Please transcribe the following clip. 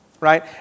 right